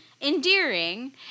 endearing